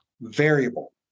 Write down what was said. variable